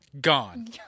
gone